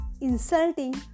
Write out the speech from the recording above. insulting